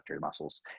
muscles